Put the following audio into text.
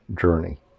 journey